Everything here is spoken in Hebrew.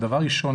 דבר ראשון,